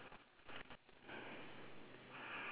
with a red slipper